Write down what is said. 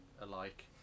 alike